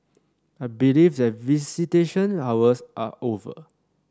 I believe that visitation hours are over